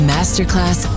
Masterclass